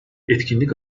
etkinlik